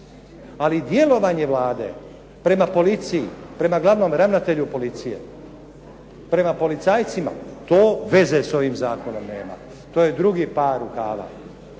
ali djelovanje Vlade prema policiji, prema glavnom ravnatelju policije, prema policajcima, to veze s ovim zakonom nema. To je drugi par rukava.